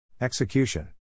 Execution